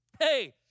Hey